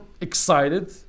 excited